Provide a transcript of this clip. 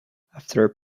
after